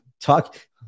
Talk